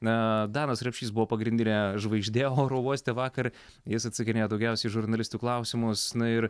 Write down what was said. na danas rapšys buvo pagrindinė žvaigždė oro uoste vakar jis atsakinėjo daugiausia į žurnalistų klausimus na ir